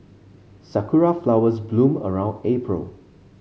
sakura flowers bloom around April